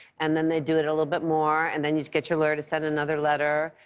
and then they do it a little but more. and then you get your lawyer to send another letter,